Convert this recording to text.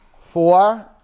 Four